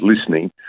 listening